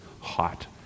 hot